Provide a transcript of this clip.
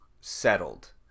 settled